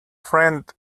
friend